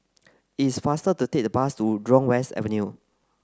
it's faster to take the bus to Jurong West Avenue